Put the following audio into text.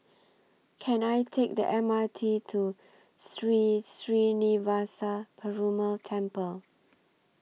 Can I Take The M R T to Sri Srinivasa Perumal Temple